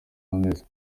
ameze